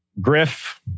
Griff